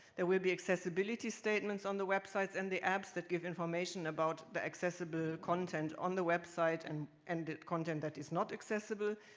there will be accessibility statements on the websites and the apps to give information about the accessible content on the website and and content that is not accessible.